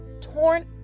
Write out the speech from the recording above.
torn